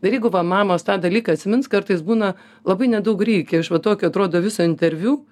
bet jeigu va mamos tą dalyką atsimins kartais būna labai nedaug reikia iš va tokio atrodo viso interviu